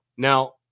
Now